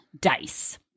dice